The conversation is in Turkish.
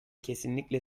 kesinlikle